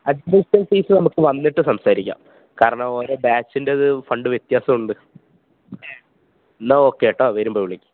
അഡ്മിഷന് ഫീസ് നമുക്ക് വന്നിട്ട് സംസാരിക്കാം കാരണം ഓരോ ബാച്ചിന്റെത് ഫണ്ട് വ്യത്യാസം ഉണ്ട് എന്നാൽ ഓക്കെ കേട്ടോ വരുമ്പോൾ വിളിക്ക്